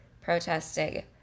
protesting